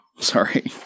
sorry